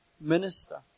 minister